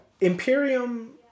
Imperium